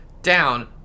Down